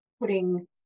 putting